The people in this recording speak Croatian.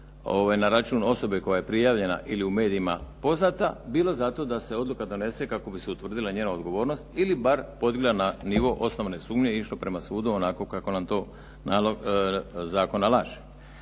na račun osobe koja je prijavljena ili u medijima poznata bilo zato da se odluka donese kako bi se utvrdila njena odgovornost ili bar podigla na nivo osnovane sumnje i išla prema sudu onako kako nam to zakon nalaže.